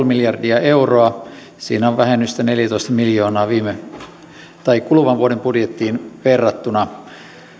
miljardia euroa siinä on vähennystä neljätoista miljoonaa kuluvan vuoden budjettiin verrattuna